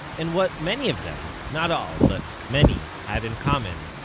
and what many of them not all, but many had in common,